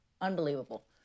Unbelievable